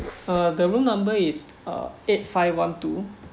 uh the room number is uh eight five one two